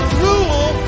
rule